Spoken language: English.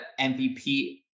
MVP